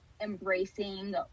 embracing